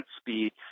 speed